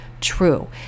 true